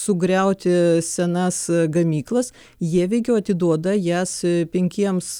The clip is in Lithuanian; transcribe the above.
sugriauti senas gamyklas jie veikiau atiduoda jas penkiems